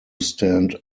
stand